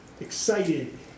excited